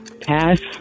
pass